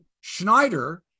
Schneider